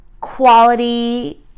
quality